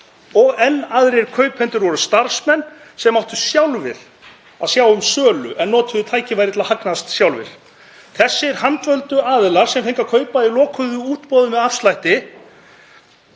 og enn aðrir kaupendur voru starfsmenn sem áttu sjálfir að sjá um sölu en notuðu tækifærið til að hagnast sjálfir. Þessir handvöldu aðilar sem fengu að kaupa í lokuðu útboði með afslætti